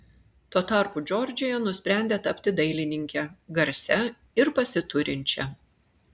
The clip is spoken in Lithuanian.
tuo tarpu džordžija nusprendė tapti dailininke garsia ir pasiturinčia